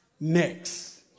Next